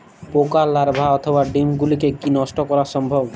পোকার লার্ভা অথবা ডিম গুলিকে কী নষ্ট করা সম্ভব?